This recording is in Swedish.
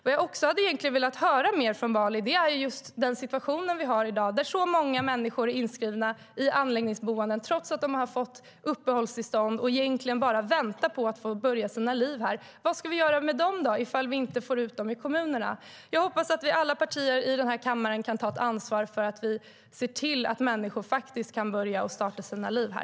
Vad jag hade velat höra mer om från Bali är den situation vi har i dag där så många människor är inskrivna i anläggningsboenden trots att de har fått uppehållstillstånd och egentligen bara väntar på att få börja sina liv här. Vad ska vi göra med dem ifall vi inte får ut dem i kommunerna? Jag hoppas att alla partier i den här kammaren kan ta ansvar för att se till att människor faktiskt kan börja sina liv här.